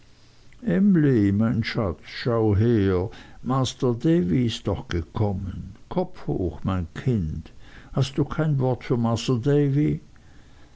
mein schatz schau her masr davy ist doch gekommen kopf hoch mein kind hast du kein wort für masr davy